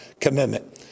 commitment